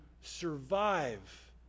survive